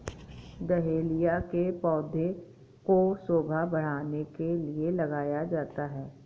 dahlia के पौधे को शोभा बढ़ाने के लिए लगाया जाता है